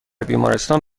بیمارستان